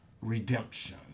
redemption